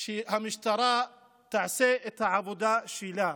שהמשטרה תעשה את העבודה שלה.